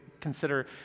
consider